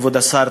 כבוד השר,